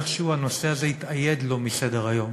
ואיכשהו הנושא התאייד לו מסדר-היום.